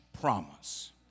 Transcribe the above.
promise